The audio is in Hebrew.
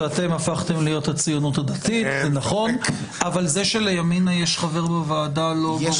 שאתם הפכתם להיות הציונות הדתית אבל זה שלימינה יש חבר בוועדה -- יש